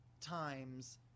times